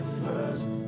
first